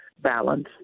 balance